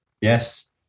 Yes